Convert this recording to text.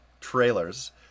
trailers